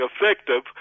effective